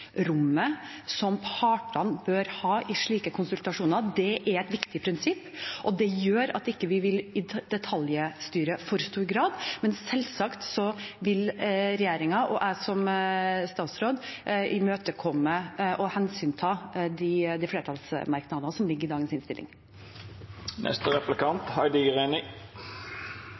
som partene bør ha i slike konsultasjoner, er et viktig prinsipp, og det gjør at vi ikke vil detaljstyre i for stor grad. Men selvsagt vil regjeringen og jeg som statsråd imøtekomme og hensynta de flertallsmerknadene som ligger i innstillingen. Jeg vil gjerne følge opp forrige replikant.